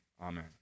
amen